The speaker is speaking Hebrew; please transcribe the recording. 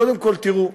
קודם כול, תראו,